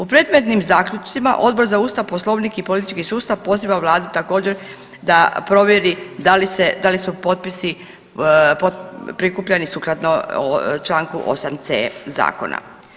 U predmetnim zaključcima Odbor za Ustav, Poslovnik i politički sustav poziva vladu također da provjeri da li su potpisi prikupljani sukladno Članku 8c. zakona.